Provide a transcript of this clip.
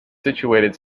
situated